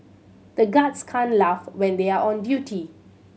the guards can't laugh when they are on duty